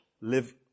live